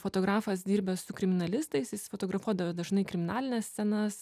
fotografas dirbęs su kriminalistais jis fotografuodavo dažnai kriminalines scenas